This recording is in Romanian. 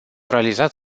realizat